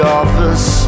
office